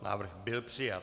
Návrh byl přijat.